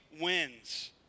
wins